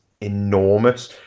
enormous